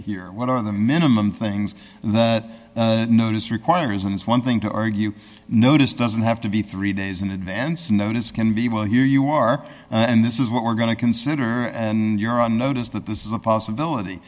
here what are the minimum things that notice requires and it's one thing to argue notice doesn't have to be three days in advance notice can be well here you are and this is what we're going to consider and you're on notice that this is a possibility